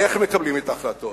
איך מקבלים את ההחלטות,